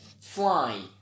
Fly